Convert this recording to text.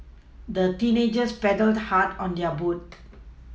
the teenagers paddled hard on their boat